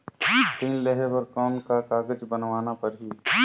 ऋण लेहे बर कौन का कागज बनवाना परही?